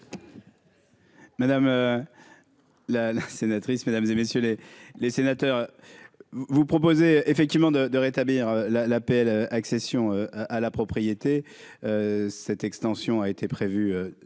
Madame la sénatrice, mesdames et messieurs les les sénateurs, vous proposez effectivement de de rétablir la l'APL accession à la propriété, cette extension a été prévu